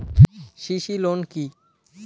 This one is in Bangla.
সি.সি লোন কি?